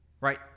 right